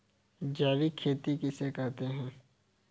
जैविक खेती किसे कहते हैं?